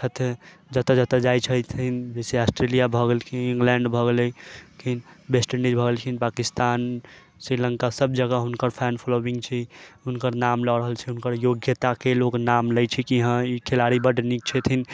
छथि जतऽ जतऽ जाइ छथिन जैसे ऑस्ट्रेलिया भऽ गेलखिन इंगलैंड भऽ गेलखिन वेस्टइंडीज भऽ गेलखिन पाकिस्तान श्रीलंका सब जगह हुनकर फैन फौलोईंग छै हुनकर नाम लऽ रहल छै हुनकर योग्यताके लोक नाम लै छै की हँ ई खेलाड़ी बड नीक छथिन